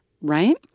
right